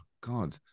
God